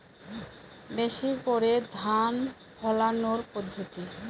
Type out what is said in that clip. বেশি করে ধান ফলানোর পদ্ধতি?